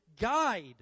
guide